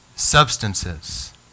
substances